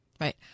Right